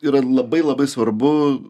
yra ir labai labai svarbu